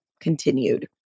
continued